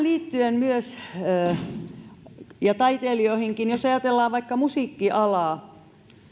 liittyen myös tähän ja taitelijoihinkin niin jos ajatellaan vaikka musiikkialaa